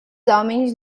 homens